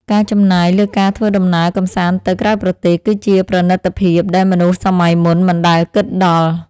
ការចំណាយលើការធ្វើដំណើរកម្សាន្តទៅក្រៅប្រទេស គឺជាប្រណីតភាពដែលមនុស្សសម័យមុនមិនដែលគិតដល់។